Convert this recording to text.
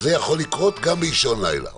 זה יכול לקרות גם באישון לילה.